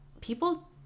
people